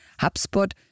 HubSpot